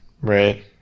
Right